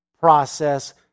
process